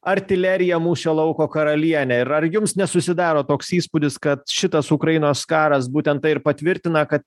artilerija mūšio lauko karalienė ir ar jums nesusidaro toks įspūdis kad šitas ukrainos karas būtent tai ir patvirtina kad